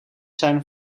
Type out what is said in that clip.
zijn